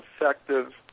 effective